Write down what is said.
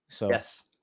Yes